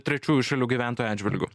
trečiųjų šalių gyventojų atžvilgiu